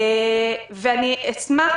ואני אשמח,